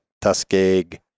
Tuskegee